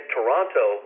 Toronto